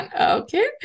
Okay